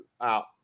out